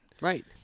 Right